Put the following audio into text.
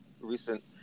recent